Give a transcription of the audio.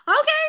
Okay